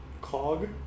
Cog